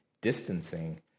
distancing